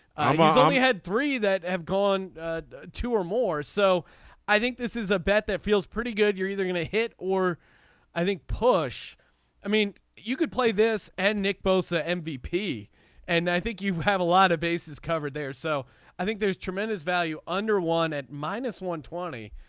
um i was only had three that have gone two or more so i think this is a bet that feels pretty good. you're either going to hit or i think push i mean you could play this at nick bowser mvp and i think you have a lot of bases covered there so i think there's tremendous value under one at minus one twenty.